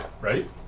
Right